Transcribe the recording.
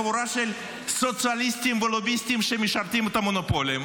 כי אתם חבורה של סוציאליסטים ולוביסטים שמשרתים את המונופולים,